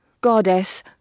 Goddess